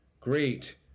great